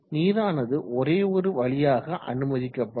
நீரானது ஒரேயொரு வழியாக அனுமதிக்கப்படும்